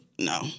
no